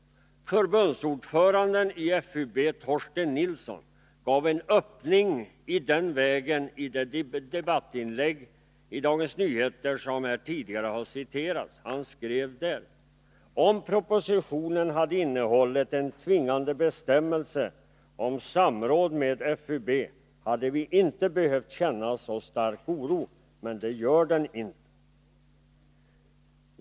Förbundsordföranden i FUB, Thorsten Nilsson, gav en öppning i den vägen i det debattinlägg i Dagens Nyheter som här tidigare har citerats. Han skrev där: ”Om propositionen hade innehållit en tvingande bestämmelse om samråd med FUB, hade vi inte behövt känna så stark oro. Men det gör den inte.” =.;.